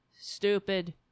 stupid